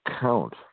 count